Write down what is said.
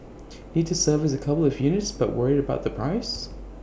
need to service A couple of units but worried about the price